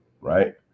right